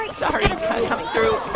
like sorry, sorry coming through